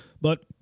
But-